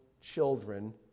children